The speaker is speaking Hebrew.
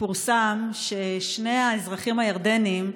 פורסם ששני האזרחים הירדנים,